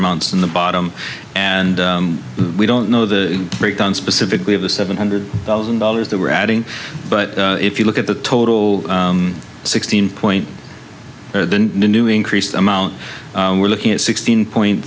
amounts in the bottom and we don't know the breakdown specifically of the seven hundred thousand dollars that we're adding but if you look at the total sixteen point the new increased amount we're looking at sixteen point